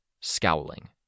scowling